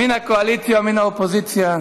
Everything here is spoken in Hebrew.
מן הקואליציה ומן האופוזיציה,